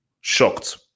shocked